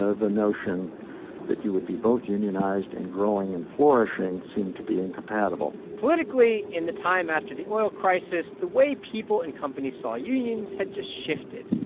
ah the notion that you would be both unionized and growing and flourishing seem to be incompatible politically, in the time after the oil crisis, the way people and companies saw unions had just shifted.